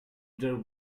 their